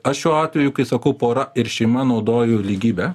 aš šiuo atveju kai sakau pora ir šeima naudoju lygybę